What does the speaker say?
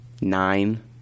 nine